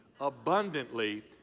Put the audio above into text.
abundantly